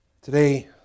Today